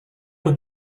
with